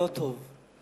לא טוב.